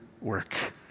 work